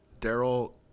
Daryl